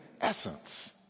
essence